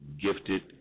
gifted